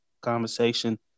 conversation